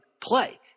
play